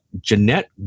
Jeanette